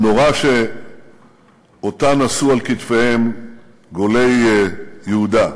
המנורה שאותה נשאו על כתפיהם גולי יהודה,